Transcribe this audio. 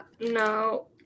no